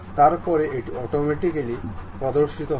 তারপরে এটি অটোমেটিক্যালি প্রদর্শিত হবে